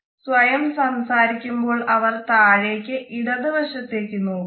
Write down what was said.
സ്വയം സംസാരിക്കുമ്പോൾ അവർ താഴേക്ക് ഇടത് വശത്തേക്ക് നോക്കുന്നു